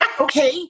Okay